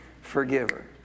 forgiver